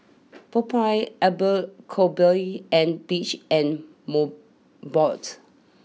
Popeyes Abercrombie and Fitch and Mobot